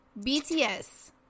BTS